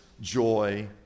joy